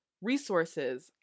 resources